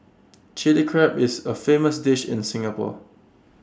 Chilli Crab is A famous dish in Singapore